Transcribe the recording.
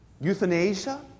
Euthanasia